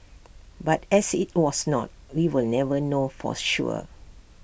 but as IT was not we will never know forth sure